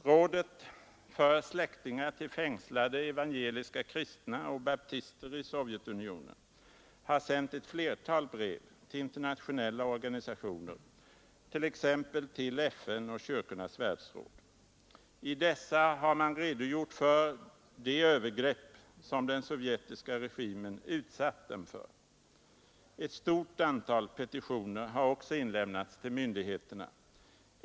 Rådet för släktingar till fängslade evangeliska kristna och baptister i Sovjetunionen har sänt ett flertal brev till internationella organisationer, t.ex. till FN och Kyrkornas världsråd. I dessa har man redogjort för de övergrepp som den sovjetiska regimen utsatt dessa kristna för. Ett stort antal petitioner har också inlämnats till myndigheterna.